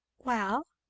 well?